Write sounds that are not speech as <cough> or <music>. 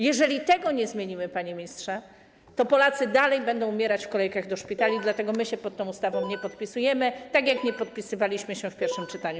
Jeżeli tego nie zmienimy, panie ministrze, to Polacy nadal będą umierać w kolejkach do szpitali, <noise> dlatego my się pod tą ustawą nie podpisujemy, tak jak nie podpisywaliśmy się w pierwszym czytaniu.